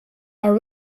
are